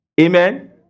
Amen